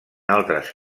altres